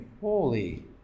Holy